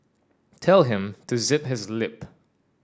tell him to zip his lip